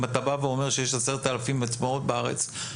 אם אתה בא ואומר שיש 10,000 מצלמות בארץ,